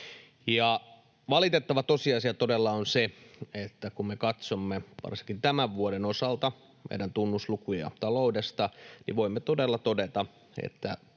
Valitettava tosiasia todella on se, että kun me katsomme varsinkin tämän vuoden osalta meidän tunnuslukuja taloudesta, niin voimme todella todeta, että